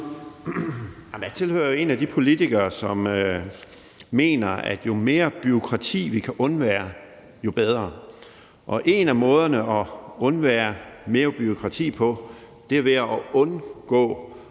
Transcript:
Jeg er en af de politikere, som mener, at jo mere bureaukrati vi kan undvære, jo bedre er det, og en af måderne at undgå mere bureaukrati på er at undgå